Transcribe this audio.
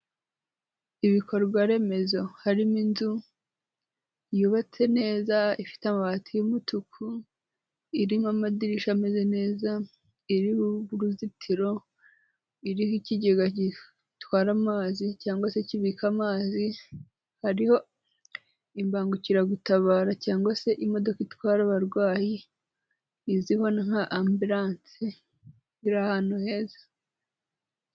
Ibikorwa remezo harimo inzu yubatse neza ifite amabati y'umutuku, irimo amadirishya ameze neza, iriho uruzitiro, iriho ikigega gitwara amazi cyangwa se kibika amazi, hariho imbangukiragutabara cyangwa se imodoka itwara abarwayi izwiho nka ambiranse, ziri ahantu heza.